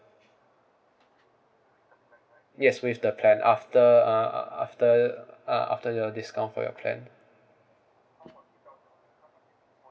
yes with the plan after uh after uh after your discount for your plan